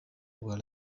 rwa